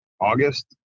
August